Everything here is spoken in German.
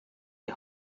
die